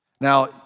Now